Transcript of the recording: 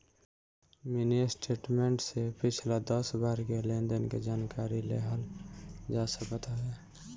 mini statement से पिछला दस बार के लेनदेन के जानकारी लेहल जा सकत हवे